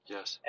Yes